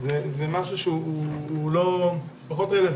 זה פחות רלוונטי.